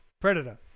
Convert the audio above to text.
Predator